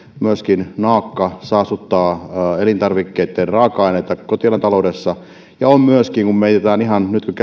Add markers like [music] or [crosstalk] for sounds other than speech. naakka myöskin saastuttaa elintarvikkeitten raaka aineita kotieläintaloudessa myöskin kun mietitään nyt [unintelligible]